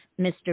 Mr